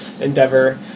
endeavor